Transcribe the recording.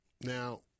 Now